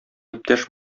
иптәш